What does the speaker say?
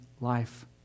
life